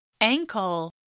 Ankle